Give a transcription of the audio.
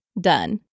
Done